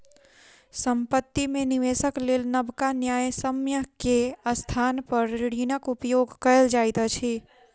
संपत्ति में निवेशक लेल नबका न्यायसम्य के स्थान पर ऋणक उपयोग कयल जाइत अछि